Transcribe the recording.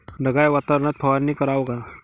ढगाळ वातावरनात फवारनी कराव का?